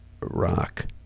Rock